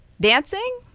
Dancing